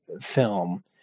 film